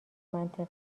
منطقی